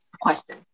question